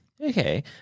Okay